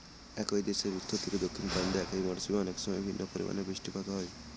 একই দেশের উত্তর থেকে দক্ষিণ প্রান্তে একই মরশুমে অনেকসময় ভিন্ন পরিমানের বৃষ্টিপাত হয়